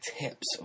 tips